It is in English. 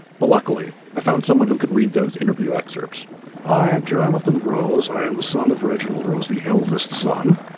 but luckily i found someone who could read those interview excerpts i am jonathan rose. i am the son of reginald rose, the eldest son.